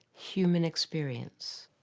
human experience.